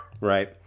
Right